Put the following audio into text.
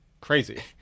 crazy